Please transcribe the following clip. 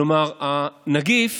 כלומר הנגיף